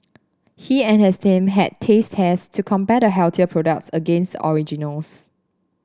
he and his team had taste tests to compare the healthier products against the originals